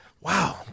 Wow